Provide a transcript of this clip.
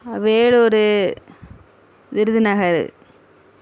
Vellore Virudhunagar